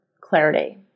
clarity